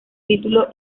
título